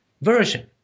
version